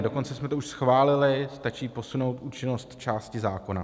Dokonce jsme to už schválili, stačí posunout účinnost části zákona.